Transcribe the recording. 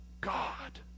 God